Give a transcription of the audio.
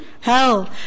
hell